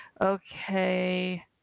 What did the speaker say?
Okay